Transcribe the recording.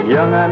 Young